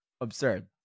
absurd